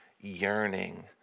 yearning